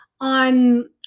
on